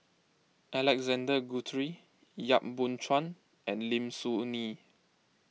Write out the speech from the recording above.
Alexander Guthrie Yap Boon Chuan and Lim Soo Ngee